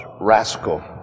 rascal